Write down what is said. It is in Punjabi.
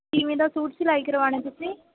ਕਿਵੇਂ ਦਾ ਸੂਟ ਸਿਲਾਈ ਕਰਵਾਉਣਾ ਤੁਸੀਂ